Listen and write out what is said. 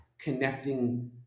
connecting